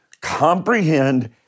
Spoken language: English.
comprehend